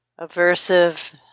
aversive